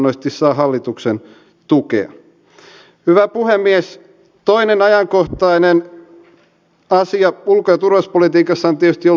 suomen työpaikoille elintärkeän biotalouden kehittämiseen suunnattu rahoitus ohjautuu pitkälti tekesin ja suomen akatemian kautta joista se on aiemmin päätynyt lähinnä suurten perinteisten yritysten käyttöön